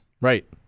Right